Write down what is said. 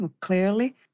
clearly